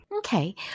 Okay